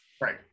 Right